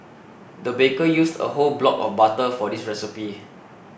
the baker used a whole block of butter for this recipe